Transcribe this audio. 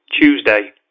Tuesday